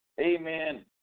amen